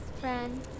friend